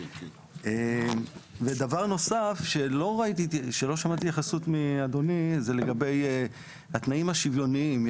דבר נוסף שלא שמעתי התייחסות מאדוני זה לגבי התנאים השוויוניים.